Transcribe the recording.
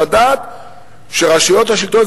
לדעת שרשויות השלטון,